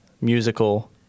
musical